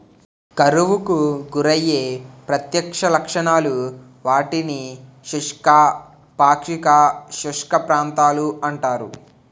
కరువుకు గురయ్యే ప్రత్యక్ష లక్షణాలు, వాటిని శుష్క, పాక్షిక శుష్క ప్రాంతాలు అంటారు